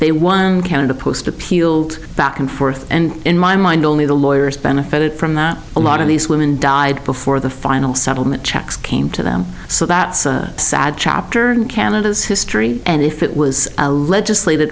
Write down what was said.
they one canada post appealed back and forth and in my mind only the lawyers benefit from that a lot of these women died before the final settlement checks came to them so that sad chapter in canada's history and if it was a legislat